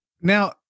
Now